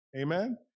Amen